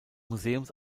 museums